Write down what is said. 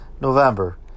November